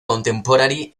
contemporary